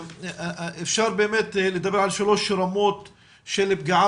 אפשר באמת לדבר על שלוש רמות של פגיעה